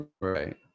right